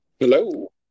Hello